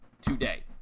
today